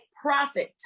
Profit